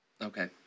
Okay